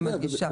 אני מדגישה.